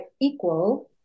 equal